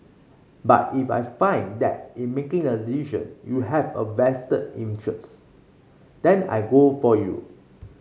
but if I find that in making the decision you have a vested interest then I go for you